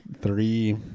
three